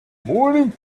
morning